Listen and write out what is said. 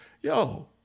yo